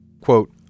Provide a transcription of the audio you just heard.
quote